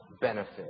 benefit